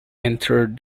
entered